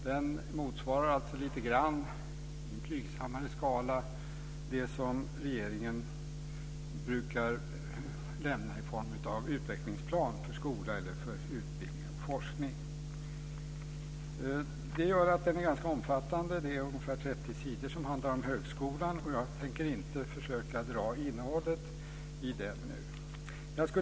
Den motsvarar i blygsammare skala det som regeringen brukar lämna i form av en utvecklingsplan för skola eller utbildning och forskning. Den är ganska omfattande. Ungefär 30 sidor handlar om högskolan. Jag tänker inte dra innehållet i den nu.